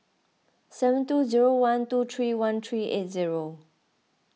seven two zero one two three one three eight zero